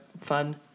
fun